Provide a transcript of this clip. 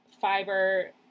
fiber